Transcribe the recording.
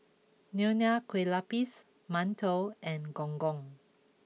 Nonya Kueh Lapis Mantou and Gong Gong